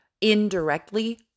indirectly